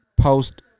post